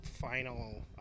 final